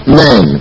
men